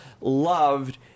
loved